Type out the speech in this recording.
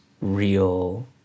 real